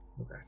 Okay